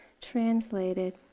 translated